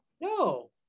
No